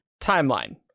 Timeline